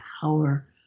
power